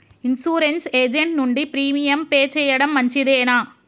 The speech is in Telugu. ఇన్సూరెన్స్ ఏజెంట్ నుండి ప్రీమియం పే చేయడం మంచిదేనా?